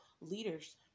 leaders